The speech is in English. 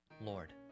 Lord